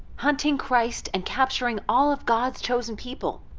hunting christ and capturing all of god's chosen people.